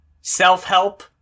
self-help